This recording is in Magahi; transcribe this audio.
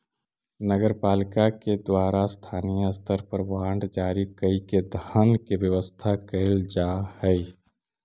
नगर पालिका के द्वारा स्थानीय स्तर पर बांड जारी कईके धन के व्यवस्था कैल जा हई